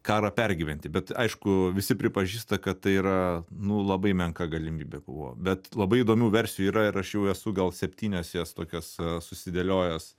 karą pergyventi bet aišku visi pripažįsta kad tai yra nu labai menka galimybė buvo bet labai įdomių versijų yra ir aš jau esu gal septynias jas tokias susidėliojęs